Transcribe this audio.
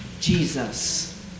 Jesus